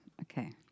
Okay